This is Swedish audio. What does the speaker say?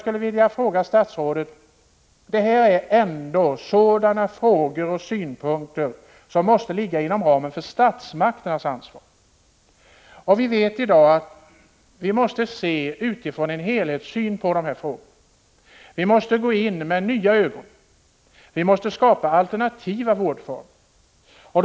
Dessa frågor och synpunkter måste ligga inom ramen för statsmakternas ansvar. Vi måste ha en helhetssyn på dessa frågor. Vi måste se på dem med nya ögon. Vi måste skapa alternativa vårdformer.